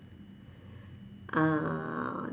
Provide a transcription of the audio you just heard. ah